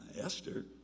Esther